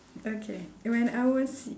okay when I was